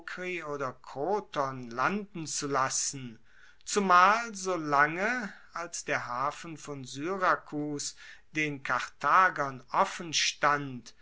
oder kroton landen zu lassen zumal solange als der hafen von syrakus den karthagern offenstand